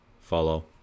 follow